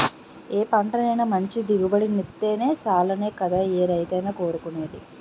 ఏ పంటైనా మంచి దిగుబడినిత్తే సాలనే కదా ఏ రైతైనా కోరుకునేది?